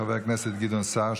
של חבר הכנסת גדעון סער,